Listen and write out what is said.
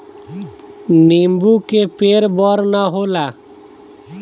नीबू के पेड़ बड़ ना होला